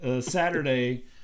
Saturday